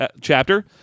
chapter